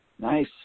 Nice